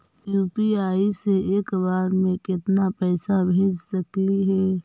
UPI से एक बार मे केतना पैसा भेज सकली हे?